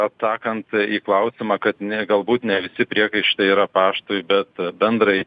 atsakant į klausimą kad ne galbūt ne visi priekaištai yra paštui bet bendrai